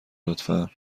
لطفا